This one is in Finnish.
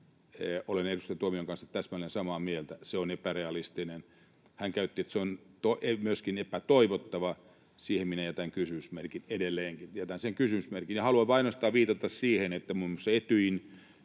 Olen edustaja Tuomiojan kanssa täsmälleen samaa mieltä: se on epärealistinen. Hän sanoi myöskin, että se on epätoivottava. Siihen minä jätän kysymysmerkin edelleenkin. Jätän sen kysymysmerkin, ja haluan ainoastaan viitata siihen, että muun muassa Etyjin